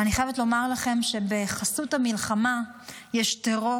ואני חייבת לומר לכם שבחסות המלחמה יש טרור